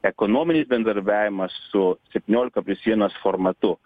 ekonominis bendradarbiavimas su septyniolika plius vienas formatu